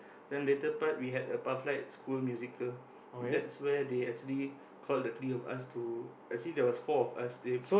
then later part we had a pathlight School musical that's where they actually call the three of us to actually there was four of us they